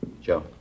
Joe